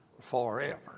forever